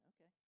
Okay